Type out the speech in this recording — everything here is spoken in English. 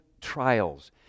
trials